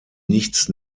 nichts